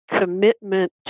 commitment